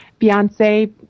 Beyonce